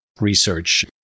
research